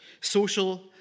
social